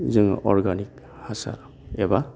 जोङो अर्गानिक हासार एबा